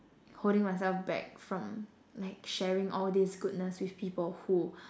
holding myself back from like sharing all these goodness with people who